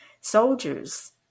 soldiers